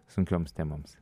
sunkioms temoms